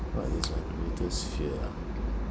what is my greatest fear ah